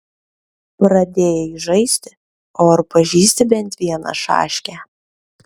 pradėjai žaisti o ar pažįsti bent vieną šaškę